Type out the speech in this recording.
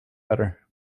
better